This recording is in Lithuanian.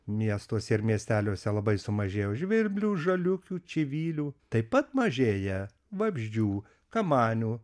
miestuose ir miesteliuose labai sumažėjo žvirblių žaliukių čivylių taip pat mažėja vabzdžių kamanių